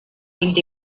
vint